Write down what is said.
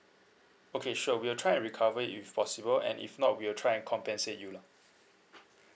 okay sure we'll try and recover it if possible and if not we'll try and compensate you lah